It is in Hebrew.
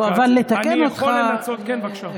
אבל נתקן אותך, כן, בבקשה.